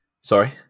Sorry